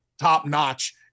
top-notch